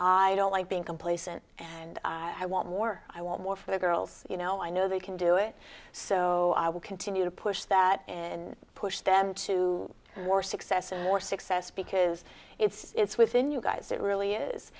i don't like being complacent and i want more i want more for the girls you know i know they can do it so i will continue to push that in push them to more success and more success because it's within you guys it really is